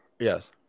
Yes